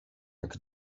jak